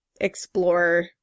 explore